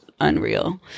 unreal